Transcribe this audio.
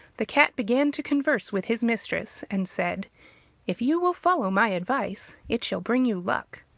the cat began to converse with his mistress, and said if you will follow my advice, it shall bring you luck.